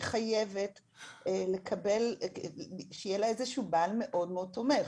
חייבת שיהיה לה איזה שהוא בעל שהוא מאוד מאוד תומך.